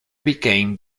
became